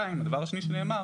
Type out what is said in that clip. הדבר השני שנאמר